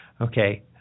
okay